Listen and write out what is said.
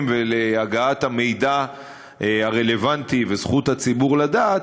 ולהגעת המידע הרלוונטי וזכות הציבור לדעת,